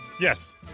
Yes